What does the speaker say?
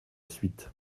suite